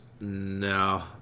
no